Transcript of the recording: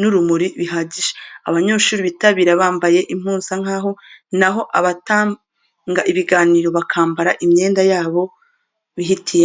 n'urumuri bihagije. Abanyeshuri bitabira bambaye impuzankaho na ho abatanga ibiganiro bakambara imyenda yabo bihitiyemo.